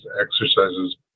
exercises